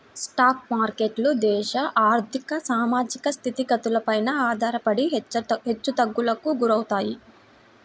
stock మార్కెట్లు దేశ ఆర్ధిక, సామాజిక స్థితిగతులపైన ఆధారపడి హెచ్చుతగ్గులకు గురవుతాయి